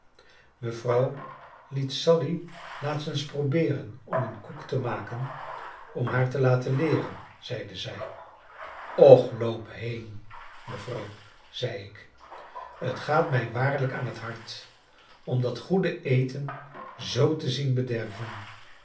mevrouw liet sally laatst eens probeeren om een koek te maken om haar te laten leeren zeide zij och loop heen mevrouw zei ik het gaat mij waarlijk aan het hart om dat goede eten zoo te zien bederven